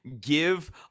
give